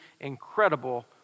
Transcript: incredible